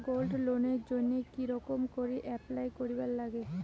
Gold লোনের জইন্যে কি রকম করি অ্যাপ্লাই করিবার লাগে?